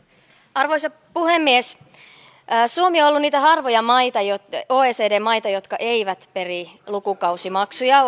arvoisa puhemies suomi on ollut niitä harvoja oecd maita jotka eivät peri lukukausimaksuja